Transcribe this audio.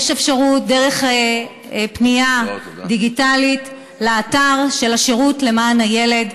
יש אפשרות של פנייה דיגיטלית לאתר של השירות למען הילד,